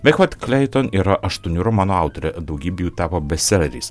meg vait kleiton yra aštuonių romanų autorė daugybė jų tapo bestseleriais